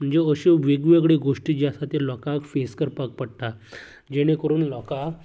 म्हणजे अश्यो वेगवेगळ्यो गोश्टी ज्यो आसा त्यो लोकांक फेस करपाक पडटा जेणे करून लोकांक